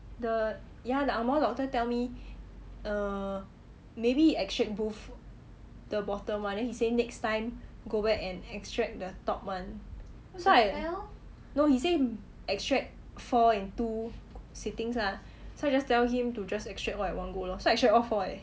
ya the angmoh doctor tell me err maybe extra both the bottom one then he say next time go back and extract the top one so Ino he say extract four in two sittings lah so I just tell him to just extract what all at one go lor so I extract all four leh